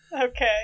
Okay